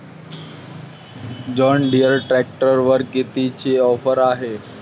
John Deere ट्रॅक्टरवर कितीची offer हाये?